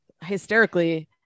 hysterically